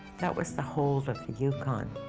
that was the hold of the yukon.